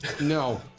No